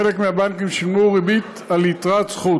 חלק מהבנקים שילמו ריבית על יתרת זכות.